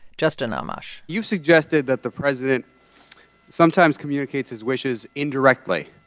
justin ah amash you suggested that the president sometimes communicates his wishes indirectly.